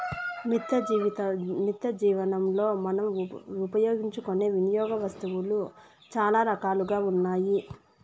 నిత్యజీవనంలో మనం ఉపయోగించుకునే వినియోగ వస్తువులు చాలా రకాలుగా ఉన్నాయి